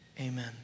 Amen